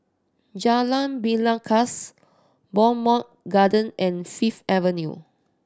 Jalan Belangkas Bowmont Garden and Fifth Avenue